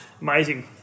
amazing